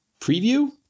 preview